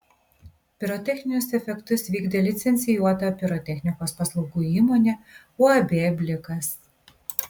pirotechninius efektus vykdė licencijuota pirotechnikos paslaugų įmonė uab blikas